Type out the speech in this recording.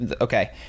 okay